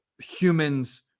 humans